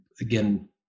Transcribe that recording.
again